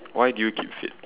why do you keep fit